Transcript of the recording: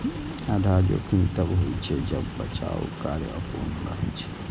आधार जोखिम तब होइ छै, जब बचाव कार्य अपूर्ण रहै छै